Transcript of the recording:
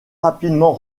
rapidement